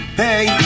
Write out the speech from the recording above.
hey